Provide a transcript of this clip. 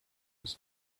was